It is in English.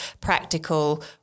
practical